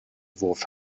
wurf